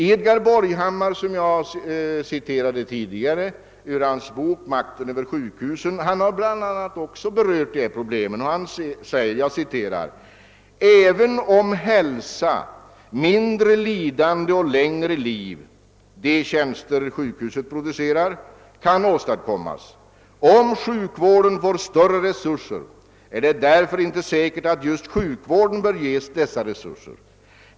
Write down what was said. Edgar Borghammar, vars bok »Makten över sjukhusen» jag tidigare citerade, har berört också detta problem, och jag vill återge följande uttalande av honom: »Även om hälsa, mindre lidande och längre liv kan åstadkommas, om sjukvården får större resurser, är det därför inte säkert, att just sjukvården bör ges dessa resurser.